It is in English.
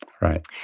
Right